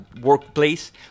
workplace